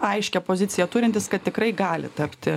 aiškią poziciją turintis kad tikrai gali tapti